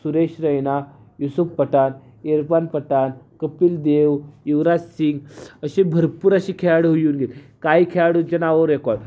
सुरेश रैना युसुफ पठान इरफान पठान कपिल देव युवराज सिंग असे भरपूर असे खेळाडू येऊन गे काही खेळाडूंच्या नावावर रेकॉर्ड